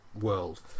world